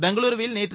பெங்களுருவில் நேற்று